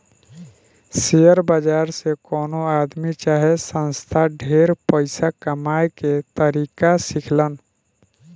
share बाजार से कवनो आदमी चाहे संस्था ढेर पइसा कमाए के तरीका सिखेलन